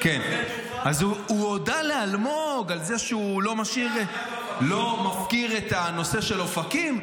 -- הוא הודה לאלמוג על זה שהוא לא מפקיר את הנושא של אופקים.